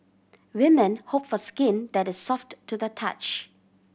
women hope for skin that is soft to the touch